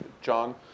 John